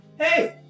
hey